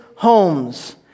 homes